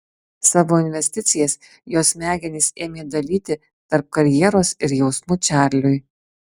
savo investicijas jos smegenys ėmė dalyti tarp karjeros ir jausmų čarliui